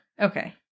Okay